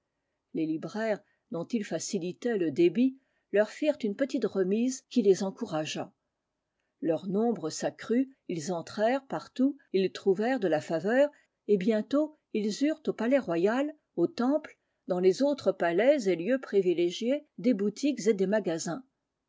les libraires dont ils facilitaient le débit leur firent une petite remise qui les encouragea leur nombre s'accrut ils entrèrent partout ils trouvèrent de la faveur et bientôt ils eurent au palais-royal au temple dans les autres palais et lieux privilégiés des boutiques et des magasins